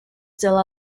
still